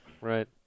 right